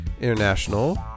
International